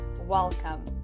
Welcome